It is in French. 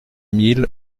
mille